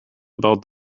about